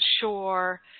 shore